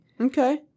Okay